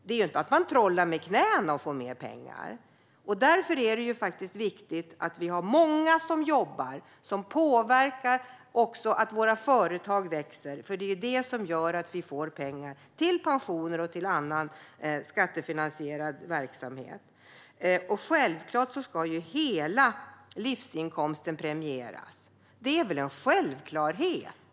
Man får ju inte mer pengar genom att trolla med knäna. Därför är det faktiskt viktigt att vi har många som jobbar, vilket också påverkar att våra företag växer. Det är det som gör att vi får pengar till pensioner och annan skattefinansierad verksamhet. Självklart ska hela livsinkomsten premieras. Det är väl en självklarhet?